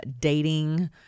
dating